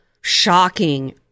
shocking